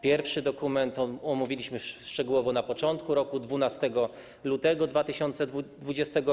Pierwszy dokument omówiliśmy szczegółowo na początku roku - 12 lutego 2020 r.